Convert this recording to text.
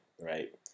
right